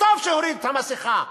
וטוב שהוריד את המסכה,